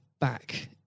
back